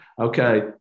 okay